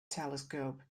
telescope